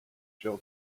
jill